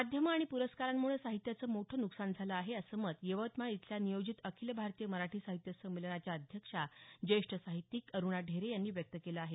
माध्यमं आणि पुरस्कारांमुळे साहित्याचं मोठं नुकसान झालं आहे असं मत यवतमाळ इथल्या नियोजित अखिल भारतीय मराठी साहित्य संमेलनाच्या अध्यक्षा अरुणा ढेरे यांनी व्यक्त केलं आहे